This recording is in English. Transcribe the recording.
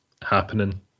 happening